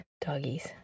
doggies